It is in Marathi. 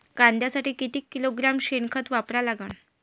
कांद्यासाठी किती किलोग्रॅम शेनखत वापरा लागन?